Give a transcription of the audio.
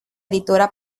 editora